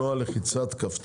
על סדר-היום: "נוהל לחיצת כפתור"